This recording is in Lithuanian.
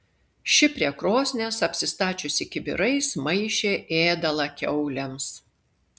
ši prie krosnies apsistačiusi kibirais maišė ėdalą kiaulėms